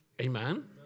Amen